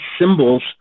symbols